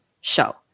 show